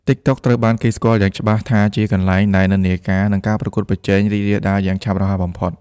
TikTok ត្រូវបានគេស្គាល់យ៉ាងច្បាស់ថាជាកន្លែងដែល និន្នាការ និង ការប្រកួតប្រជែង រីករាលដាលយ៉ាងឆាប់រហ័សបំផុត។